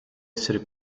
essere